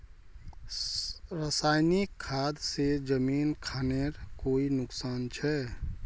रासायनिक खाद से जमीन खानेर कोई नुकसान छे?